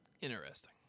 Interesting